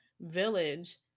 village